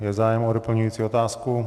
Je zájem o doplňující otázku?